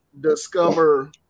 discover